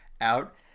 out